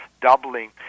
doubling